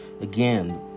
Again